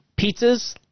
pizzas